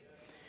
Yes